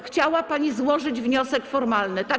Chciała pani złożyć wniosek formalny, tak?